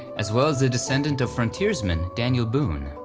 as well as a descendant of frontiersman daniel boone.